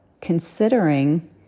considering